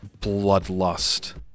bloodlust